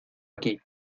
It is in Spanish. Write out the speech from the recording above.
aquí